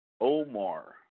Omar